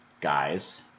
guys